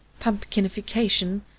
Pumpkinification